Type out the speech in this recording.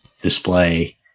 display